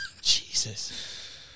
Jesus